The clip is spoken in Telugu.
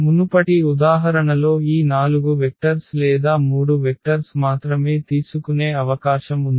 మునుపటి ఉదాహరణలో ఈ 4 వెక్టర్స్ లేదా 3 వెక్టర్స్ మాత్రమే తీసుకునే అవకాశం ఉంది